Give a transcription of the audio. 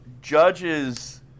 Judge's